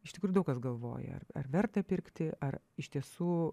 iš tikrųjų daug kas galvoja ar ar verta pirkti ar iš tiesų